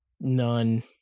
None